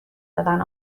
دادن